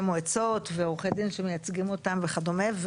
מועצות ועורכי דין שמייצגים אותם וכדומה.